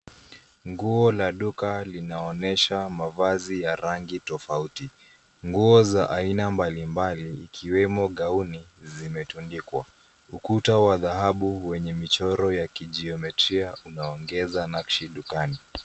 Nguo la duka linaonyesha mavazi ya rangi tofauti. Nguo za aina mbalimbali ikiwemo gauni zimetundikwa. Ukuta wa dhahabu wenye michoro ya kijiometria unaongeza nakshi dukani.